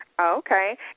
okay